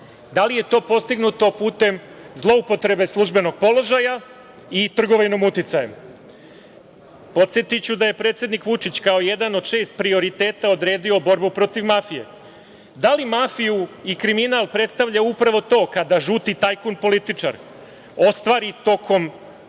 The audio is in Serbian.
Da li je to postignuto putem zloupotrebe službenog položaja i trgovinom uticajem? Podsetiću da je predsednik Vučić kao jedan od šest prioriteta odredio borbu protiv mafije. Da li mafiju i kriminal predstavlja upravo to kada žuti tajkun političar ostvari tokom